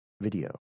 Video